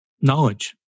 knowledge